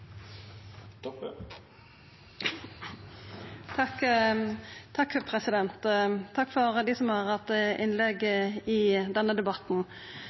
Takk til dei som har hatt innlegg i denne debatten.